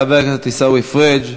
חבר הכנסת עיסאווי פריג',